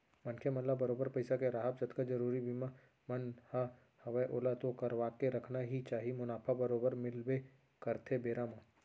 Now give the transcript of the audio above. मनखे मन ल बरोबर पइसा के राहब जतका जरुरी बीमा मन ह हवय ओला तो करवाके रखना ही चाही मुनाफा बरोबर मिलबे करथे बेरा म